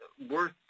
worth